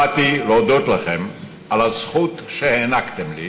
באתי להודות לכם על הזכות שהענקתם לי